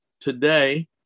today